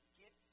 get